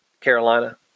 Carolina